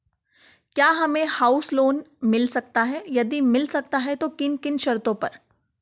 क्या हमें house loan मिल सकता है यदि मिल सकता है तो किन किन शर्तों पर?